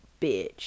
bitch